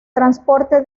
transporte